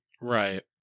right